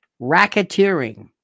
racketeering